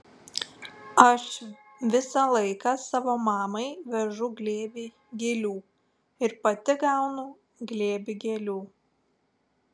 aš visą laiką savo mamai vežu glėbį gėlių ir pati gaunu glėbį gėlių